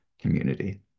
community